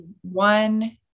one